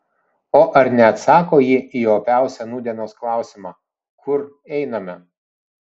o ar neatsako ji į opiausią nūdienos klausimą kur einame